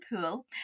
pool